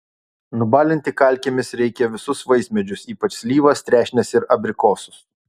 nubalinti kalkėmis reikia visus vaismedžius ypač slyvas trešnes ir abrikosus